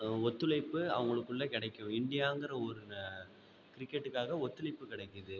ஒத்துழைப்பு அவங்களுக்குள்ள கிடைக்கும் இண்டியாங்கிற ஒரு கிரிக்கெட்டுக்காக ஒத்துழைப்பு கிடைக்கிது